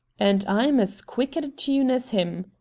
and i'm as quick at a tune as him,